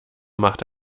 machte